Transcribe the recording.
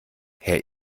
herr